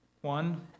One